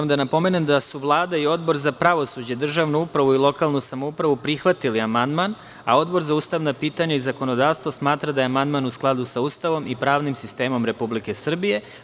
Moram da napomenem da su Vlada i Odbor za pravosuđe, državnu upravu i lokalnu samoupravu prihvatili amandman, a Odbor za ustavna pitanja i zakonodavstvo smatra da je amandman u skladu sa Ustavom i pravnim sistemom Republike Srbije.